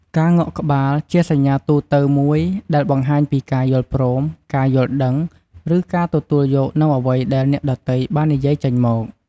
ការងក់ក្បាល ជាសញ្ញាទូទៅមួយដែលបង្ហាញពីការយល់ព្រម ការយល់ដឹង ឬការទទួលយកនូវអ្វីដែលអ្នកដទៃបាននិយាយចេញមក។